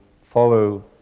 follow